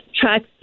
tracks